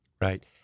Right